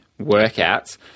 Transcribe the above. workouts